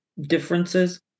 differences